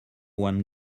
one